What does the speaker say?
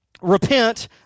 repent